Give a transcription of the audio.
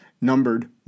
numbered